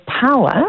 power